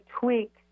tweak